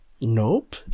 nope